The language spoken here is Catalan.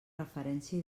referència